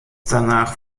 danach